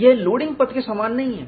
यह लोडिंग पथ के समान नहीं है